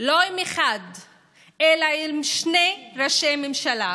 לא עם אחד אלא עם שני ראשי ממשלה,